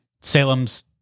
Salem's